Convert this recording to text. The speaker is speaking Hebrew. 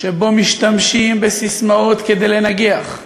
שבו משתמשים בססמאות כדי לנגח,